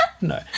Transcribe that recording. No